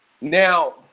Now